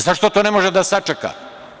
Zašto to ne može da sačeka?